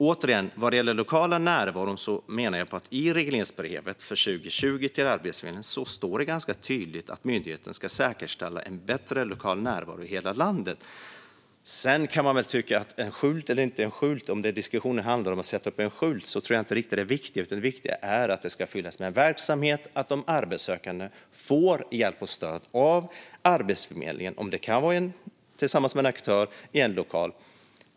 Återigen: Vad gäller den lokala närvaron menar jag att det i regleringsbrevet till Arbetsförmedlingen för 2020 ganska tydligt står att myndigheten ska säkerställa en bättre lokal närvaro i hela landet. Sedan tror jag inte att det viktiga i diskussionen är om det sätts upp en skylt eller inte, utan det viktiga är att detta ska fyllas med verksamhet och att de arbetssökande får hjälp och stöd av Arbetsförmedlingen. Det kan vara tillsammans med en aktör eller i en lokal.